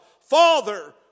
Father